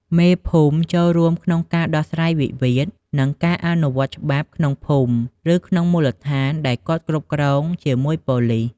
មេភូមិចួលរួមក្នុងការដោះស្រាយវិវាទ និងការអនុវត្តច្បាប់ក្នុងភូមិឬ ក្នុងមូលដ្ឋានដែលគាត់គ្រប់គ្រង់ជាមួយប៉ូលីស។